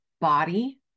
body